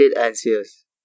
anxious